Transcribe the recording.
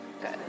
Good